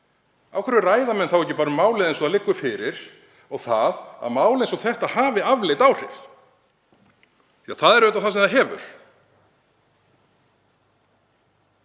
Af hverju ræða menn þá ekki málið eins og það liggur fyrir, að mál eins og þetta hafi afleidd áhrif? Því það er auðvitað það sem það hefur.